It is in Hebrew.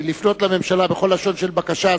לפנות לממשלה בכל לשון של בקשה.